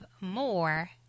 more